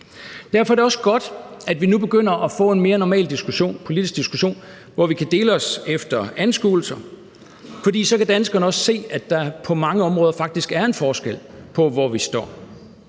Derfor er det også godt, at vi nu begynder at få en mere normal politisk diskussion, hvor vi kan dele os efter anskuelser, for så kan danskerne også se, at der på mange områder faktisk er en forskel på, hvor vi står,